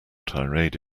tirade